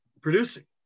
producing